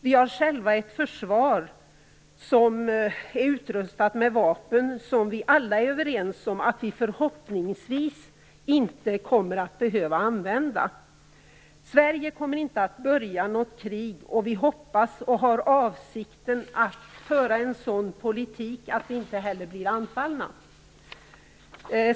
Vi har själva ett försvar som är utrustat med vapen som vi förhoppningsvis - vi är alla överens om det - inte kommer att behöva använda. Sverige kommer inte att börja något krig, och vi hoppas och har avsikten att föra en sådan politik att vi inte heller blir anfallna.